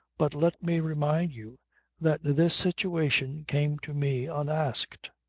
but let me remind you that this situation came to me unasked.